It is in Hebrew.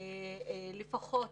לפחות